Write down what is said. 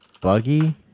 buggy